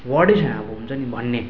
वर्डै छैन अब हुन्छ नि भन्ने